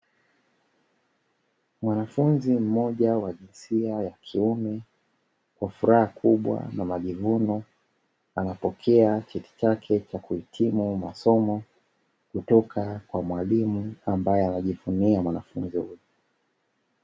Mwanafunzi mmoja wa jinsia ya kiume kwa furaha kubwa na majivuno anapokea cheti chake cha kuhitimu masomo kutoka kwa mwalimu ambaye anajivunia mwanafunzi huyo.